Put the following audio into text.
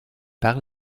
par